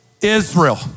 Israel